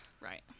Right